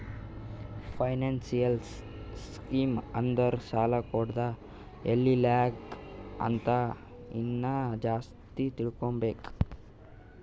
financial scheme ಅಂದುರ್ ಸಾಲ ಕೊಡದ್ ಎಲ್ಲಿ ಹ್ಯಾಂಗ್ ಅಂತ ಇನ್ನಾ ಜಾಸ್ತಿ ತಿಳ್ಕೋಬೇಕು